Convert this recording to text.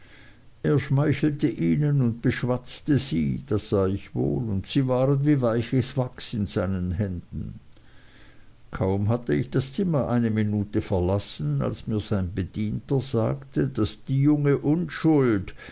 er schmeichelte ihnen und beschwatzte sie das sah ich wohl und sie waren wie weiches wachs in seinen händen kaum hatte ich das zimmer eine minute verlassen als mir sein bedienter sagte daß die junge unschuld